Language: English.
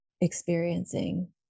experiencing